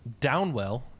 Downwell